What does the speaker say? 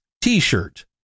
t-shirt